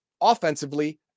offensively